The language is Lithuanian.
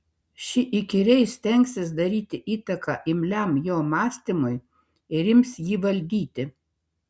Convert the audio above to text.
ši įkyriai stengsis daryti įtaką imliam jo mąstymui ir ims jį valdyti